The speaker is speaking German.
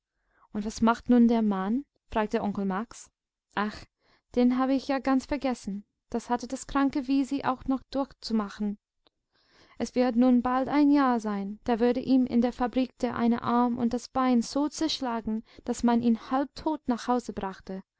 und was macht nun der mann fragte onkel max ach den habe ich ja ganz vergessen das hatte das kranke wisi auch noch durchzumachen es wird nun bald ein jahr sein da wurde ihm in der fabrik der eine arm und das bein so zerschlagen daß man ihn halbtot nach hause brachte